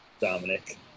Dominic